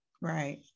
right